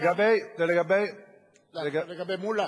לגבי חבר הכנסת מולה.